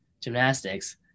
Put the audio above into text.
gymnastics